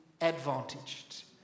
advantaged